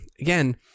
again